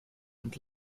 und